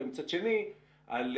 ומצד שני הקושי